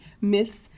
myths